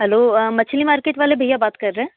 hello मछली market वाले भैया बात कर रहे हैं